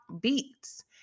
beats